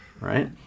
right